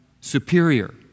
superior